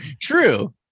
true